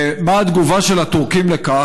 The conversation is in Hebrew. ומה התגובה של הטורקים לכך?